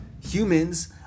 Humans